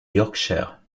yorkshire